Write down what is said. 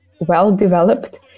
well-developed